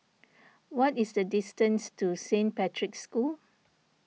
what is the distance to Saint Patrick's School